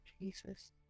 Jesus